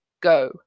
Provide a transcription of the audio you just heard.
go